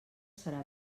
serà